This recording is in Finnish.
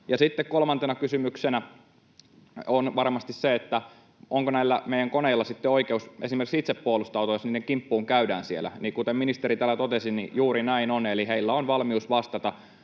kolmantena kysymyksenä on varmasti se, onko näillä meidän koneilla sitten oikeus esimerkiksi itsepuolustukseen, jos niiden kimppuun käydään siellä. Kuten ministeri täällä totesi, juuri näin on eli heillä on valmius vastata